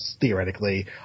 theoretically